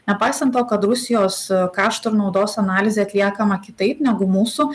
nepaisant to kad rusijos kaštų ir naudos analizė atliekama kitaip negu mūsų